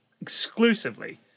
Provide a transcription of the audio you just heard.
exclusively